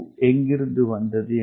2 எங்கிருந்து வந்தது